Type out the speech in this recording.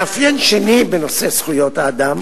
מאפיין שני בנושא זכויות אדם